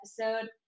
episode